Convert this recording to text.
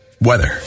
Weather